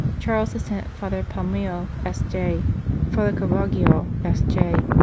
charles had sent father palmio, s j, and father carvagial, s j,